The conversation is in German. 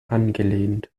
angelehnt